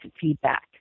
feedback